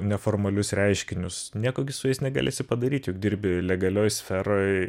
neformalius reiškinius nieko gi su jais negalėsi padaryt juk dirbi legalioj sferoj